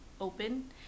open